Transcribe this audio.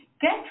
Get